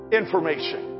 information